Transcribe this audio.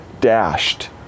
dashed